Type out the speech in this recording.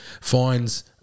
Finds